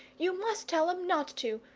you must tell em not to.